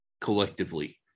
collectively